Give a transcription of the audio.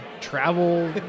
travel